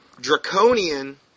Draconian